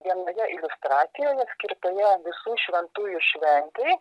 vienoje iliustracijų net skirtoje visų šventųjų šventėj